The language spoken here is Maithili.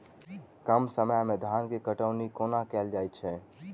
कम समय मे धान केँ कटनी कोना कैल जाय छै?